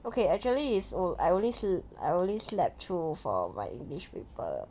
okay actually is only I only slept I only slept through for my english paper